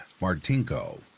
Martinko